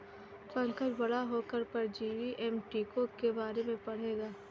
पंकज बड़ा होकर परजीवी एवं टीकों के बारे में पढ़ेगा